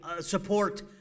support